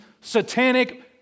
satanic